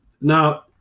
now